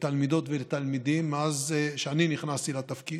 לתלמידות ולתלמידים מאז שאני נכנסתי לתפקיד,